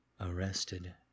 arrested